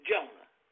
Jonah